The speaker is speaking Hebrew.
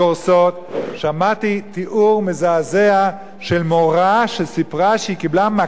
שמעתי תיאור מזעזע של מורה שסיפרה שהיא קיבלה מכות מתלמידים.